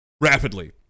rapidly